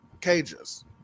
cages